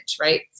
right